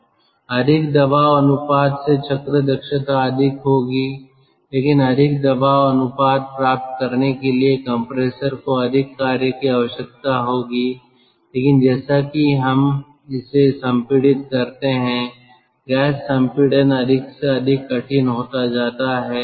अधिक दबाव अनुपात से चक्र दक्षता अधिक होगी लेकिन अधिक दबाव अनुपात प्राप्त करने के लिए कंप्रेसर को अधिक कार्य की आवश्यकता होगी लेकिन जैसे ही हम इसे संपीड़ित करते हैं गैस संपीड़न अधिक से अधिक कठिन होता जाता है